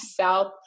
South